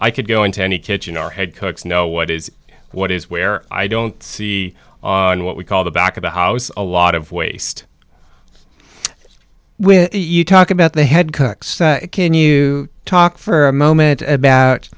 i could go into any kitchen or head cooks know what is what is where i don't see on what we call the back of the house a lot of waste when you talk about the head coach can you talk for a moment